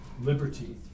liberty